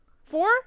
Four